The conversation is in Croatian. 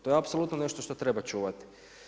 To je apsolutno nešto što treba čuvati.